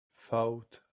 fought